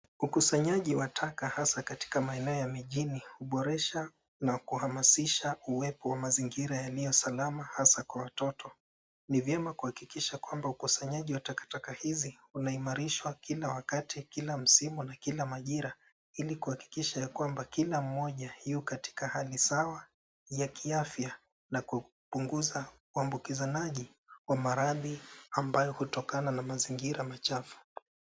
Ukusanyaji wa taka hasa katika maeneo ya mijini huboresha na kuhamasisha uwepo wa mazingira yaliyosalama hasa kwa watoto. Ni vyema kuhakikisha kwamba kuwa ukusanyaji wa takataka hizi unaimarishwa kila wakati , kila msimu na kila majira ilikuhakikisha ya kwamba kila mmoja yukatika hali sawa ya kiafya na kupunguza uambukizanaji wa maradhi amabayo hutokana na mazingira machafu.